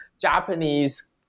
Japanese